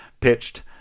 pitched